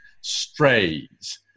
strays